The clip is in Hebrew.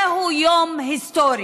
זהו יום היסטורי,